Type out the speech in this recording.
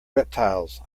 reptiles